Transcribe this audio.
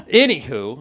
anywho